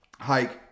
hike